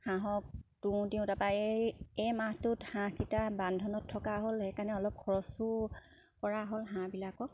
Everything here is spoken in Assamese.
হাঁহক তুঁহ দিওঁ তাপা এ এই মাহটোত হাঁহকেইটা বান্ধোনত থকা হ'ল সেইকাৰণে অলপ খৰচো কৰা হ'ল হাঁহবিলাকক